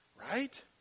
right